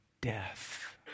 Death